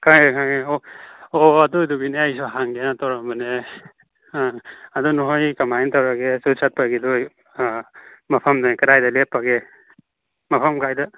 ꯈꯪꯉꯦ ꯈꯪꯉꯦ ꯑꯣ ꯑꯣ ꯑꯗꯨꯗꯨꯒꯤꯅꯦ ꯑꯩꯁꯨ ꯍꯪꯒꯦꯅ ꯇꯧꯔꯝꯕꯅꯦ ꯑꯥ ꯑꯗꯨ ꯅꯣꯏ ꯀꯃꯥꯏꯅ ꯇꯧꯔꯒꯦ ꯆꯠꯄꯒꯤꯗꯨ ꯑꯥ ꯃꯐꯝꯅ ꯀꯗꯥꯏꯗ ꯂꯦꯞꯂꯒꯦ ꯃꯐꯝ ꯀꯥꯏꯗ